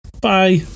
Bye